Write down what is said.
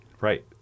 right